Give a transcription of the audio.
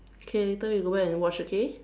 okay later we go back and watch okay